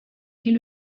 est